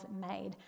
made